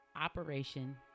operation